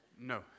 No